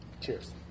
Cheers